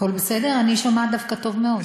בסדר גמור.